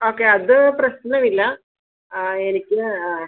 okay അത് പ്രശ്നവില്ല ആ എനിക്ക് ആ